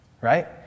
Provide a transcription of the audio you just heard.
Right